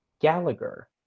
Gallagher